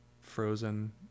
frozen